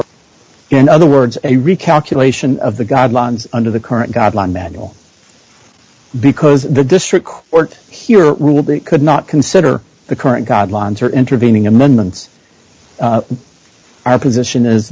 or in other words a recalculation of the guidelines under the current guideline manual because the district court here rule be could not consider the current guidelines or intervening amendments our position is